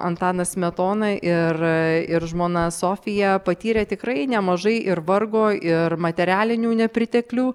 antanas smetona ir ir žmona sofija patyrė tikrai nemažai ir vargo ir materialinių nepriteklių